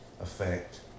effect